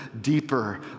deeper